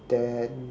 then